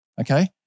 okay